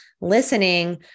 listening